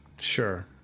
Sure